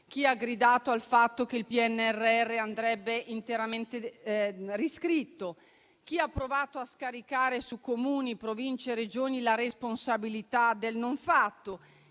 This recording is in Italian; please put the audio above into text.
chi ha gridato al fatto che il PNRR andrebbe interamente riscritto; chi ha provato a scaricare su Comuni, Province e Regioni la responsabilità del non fatto;